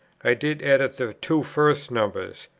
i did edit the two first numbers.